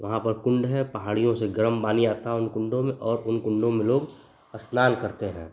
वहाँ पर कुण्ड है पहाड़ियों से गरम पानी आता है उन कुण्डों में और उन कुण्डों में लोग अस्नान करते हैं